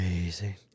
amazing